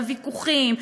וויכוחים,